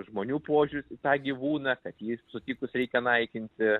žmonių požiūris į tą gyvūną kad jį sutikus reikia naikinti